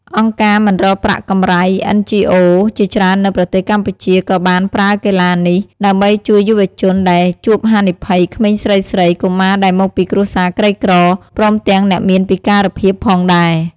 អង្គការមិនរកប្រាក់កម្រៃ NGOs ជាច្រើននៅប្រទេសកម្ពុជា ក៏បានប្រើកីឡានេះ ដើម្បីជួយយុវរជនដែលជួបហានិភ័យ ក្មេងស្រីៗ កុមារដែលមកពីគ្រួសារក្រីក្រ ព្រមទាំងអ្នកមានពិការភាពផងដែរ។